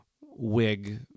wig